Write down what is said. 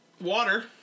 Water